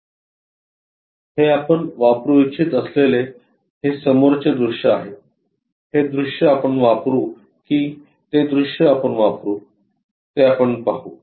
हे आपण वापरू इच्छित असलेले हे समोरचे दृश्य आहे हे दृश्य आपण वापरू की ते दृश्य आपण वापरू ते आपण पाहू